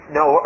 no